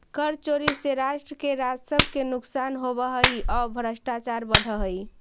कर चोरी से राष्ट्र के राजस्व के नुकसान होवऽ हई औ भ्रष्टाचार बढ़ऽ हई